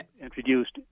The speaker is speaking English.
introduced